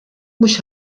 mhux